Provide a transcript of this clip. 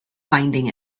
finding